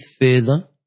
further